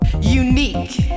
Unique